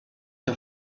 que